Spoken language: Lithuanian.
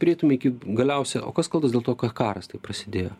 prieitume iki galiausia o kas kaltas dėl to kad karas taip prasidėjo